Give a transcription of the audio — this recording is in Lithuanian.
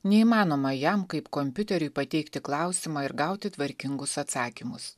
neįmanoma jam kaip kompiuteriui pateikti klausimą ir gauti tvarkingus atsakymus